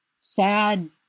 sad